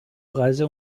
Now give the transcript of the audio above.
preise